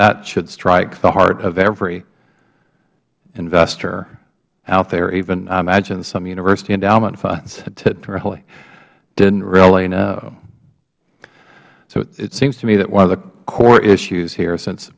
should strike the heart of every investor out there even i imagine some university endowment funds didn't really know so it seems to me that one of the core issues here since